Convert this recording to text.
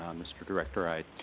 um mr. director, i